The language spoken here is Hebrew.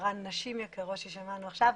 שבעיקרן הן נשים יקרות ששמענו עכשיו,